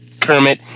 Kermit